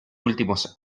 últimos